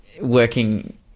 working